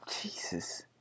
Jesus